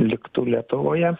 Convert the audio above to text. liktų lietuvoje